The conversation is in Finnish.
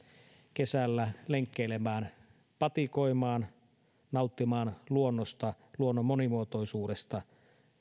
kesällä lenkkeilemään tai patikoimaan nauttimaan luonnosta luonnon monimuotoisuudesta